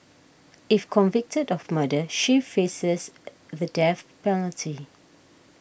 if convicted of murder she faces the death penalty